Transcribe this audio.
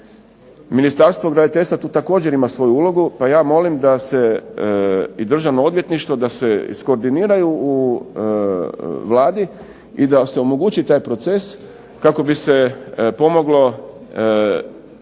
Ministarstvo graditeljstva tu također ima svoju ulogu, pa ja molim da se i Državno odvjetništvo, da se iskoordiniraju u Vladi i da se omogući taj proces, kako bi se pomoglo